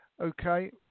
Okay